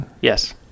yes